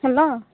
hello